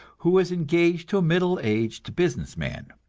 who was engaged to a middle-aged business man.